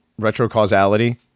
retrocausality